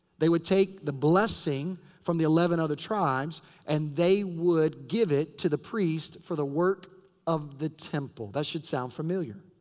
they would take the blessing from the eleven other tribes and they would give it to the priest for the work of the temple. that should sound familiar.